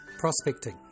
Prospecting